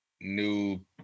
new